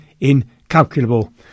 incalculable